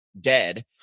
dead